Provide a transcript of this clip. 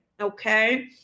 Okay